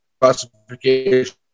Classification